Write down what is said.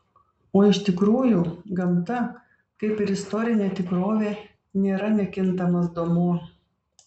o iš tikrųjų gamta kaip ir istorinė tikrovė nėra nekintamas duomuo